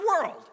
world